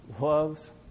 loves